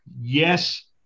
Yes